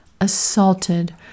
assaulted